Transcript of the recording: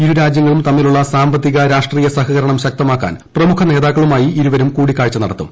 ഇരു രാജ്യങ്ങളും തമ്മിലുള്ള സാമ്പത്തിക രാഷ്ട്രീയ സഹകരണം ശക്തമാക്കാൻ പ്രമുഖ നേതാക്കളുമായി ഇരുവരും കൂടിക്കാഴ്ച നടത്തും